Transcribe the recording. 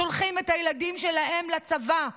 שולחים את הילדים שלהם לצבא,